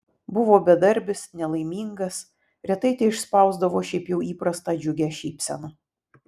buvo bedarbis nelaimingas retai teišspausdavo šiaip jau įprastą džiugią šypseną